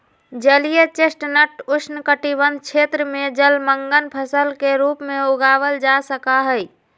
जलीय चेस्टनट उष्णकटिबंध क्षेत्र में जलमंग्न फसल के रूप में उगावल जा सका हई